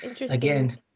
Again